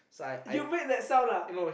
you made that sound ah